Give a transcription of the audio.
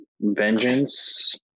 Vengeance